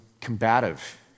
combative